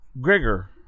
Gregor